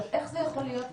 איך זה יכול להיות,